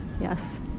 yes